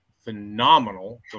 phenomenal